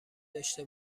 داشته